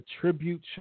tribute